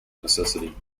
necessity